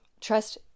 Trust